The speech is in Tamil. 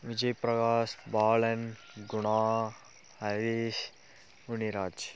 விஜய்பிரகாஷ் பாலன் குணா ஹரிஷ் முனிராஜ்